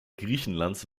griechenlands